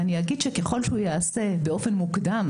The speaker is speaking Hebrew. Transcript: ככל שהוא יעשה באופן מוקדם,